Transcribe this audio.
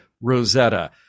Rosetta